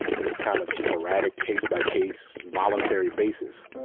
and this kind of sporadic case-by case, voluntary basis.